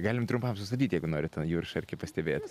galim trumpam sustabdyti jeigu norit tą jūršarkį pastebėt